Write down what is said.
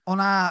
Ona